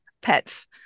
pets